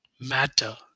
matter